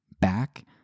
back